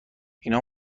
اینا